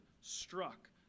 struck